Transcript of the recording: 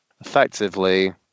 effectively